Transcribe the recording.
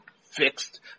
fixed